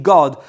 God